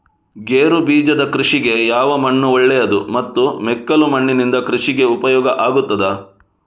ಗೇರುಬೀಜದ ಕೃಷಿಗೆ ಯಾವ ಮಣ್ಣು ಒಳ್ಳೆಯದು ಮತ್ತು ಮೆಕ್ಕಲು ಮಣ್ಣಿನಿಂದ ಕೃಷಿಗೆ ಉಪಯೋಗ ಆಗುತ್ತದಾ?